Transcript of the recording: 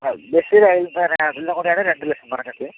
അ ബസ്സിന് അതെല്ലാം കൂടിയാണ് രണ്ട് ലക്ഷം പറഞ്ഞത്